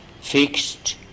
Fixed